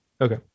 Okay